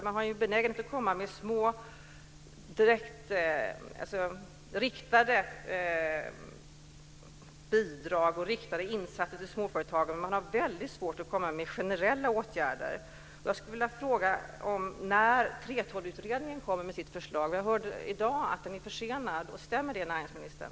Man har en benägenhet att ta till riktade insatser och bidrag till småföretagen, men man har väldigt svårt för att komma med generella åtgärder. Jag undrar när 3:12-utredningen kommer med sitt förslag. Jag hörde i dag att det är försenat. Stämmer det, näringsministern?